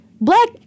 black